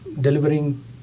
delivering